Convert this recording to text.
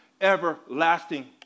everlasting